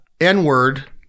N-word